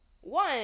one